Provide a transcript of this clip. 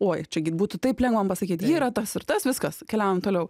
oi čia gi būtų taip lengva man pasakyt yra tas ir tas viskas keliaujam toliau